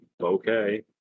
Okay